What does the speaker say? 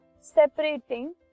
separating